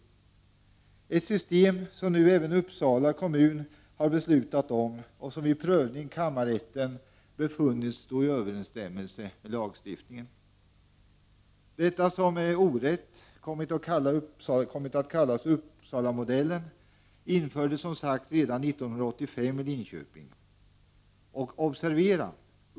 Det är ett system som nu även Uppsala kommun har beslutat om och som vid prövning i kammarrätten befunnits stå i överensstämmelse med lagstiftningen. Detta, som med orätt kommit att kallas Uppsalamodellen, infördes som sagt redan 1985 i Linköping och — observera!